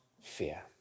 fear